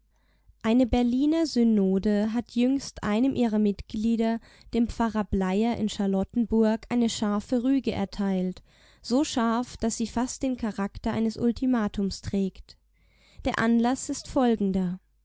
eine berliner synode hat jüngst einem ihrer mitglieder dem pfarrer bleier in charlottenburg eine scharfe rüge erteilt so scharf daß sie fast den charakter eines ultimatums trägt der anlaß ist folgender